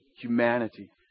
humanity